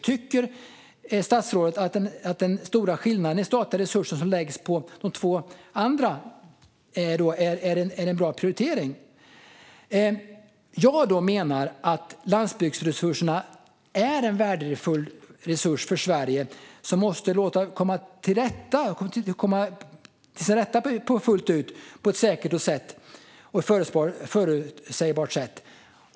Tycker statsrådet att den stora skillnaden i statliga resurser som läggs på de två andra är en bra prioritering? Jag menar att landsbygdsresurserna är en värdefull resurs för Sverige som måste få komma till sin rätt fullt ut på ett säkert och förutsägbart sätt.